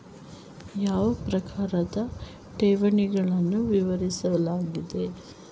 ಯಾವ ಪ್ರಕಾರದ ಠೇವಣಿಗಳನ್ನು ವಿವರಿಸಲಾಗಿದೆ?